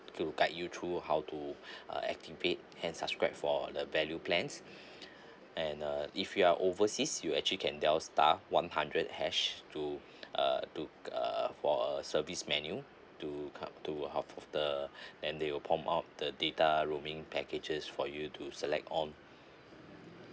to guide you through how to uh activate and subscribe for the value plans and uh if you're overseas you actually can dial star one hundred hash to uh to uh for a service menu to come to half of the then they will prompt up the data roaming packages for you to select on